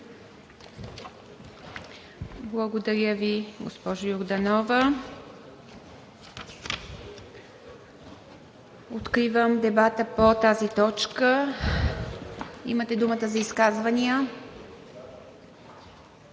Благодаря Ви, госпожо Йорданова. Откривам дебата по тази точка. Имате думата за изказвания.